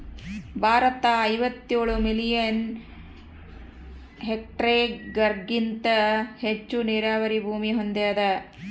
ಭಾರತ ಐವತ್ತೇಳು ಮಿಲಿಯನ್ ಹೆಕ್ಟೇರ್ಹೆಗಿಂತ ಹೆಚ್ಚು ನೀರಾವರಿ ಭೂಮಿ ಹೊಂದ್ಯಾದ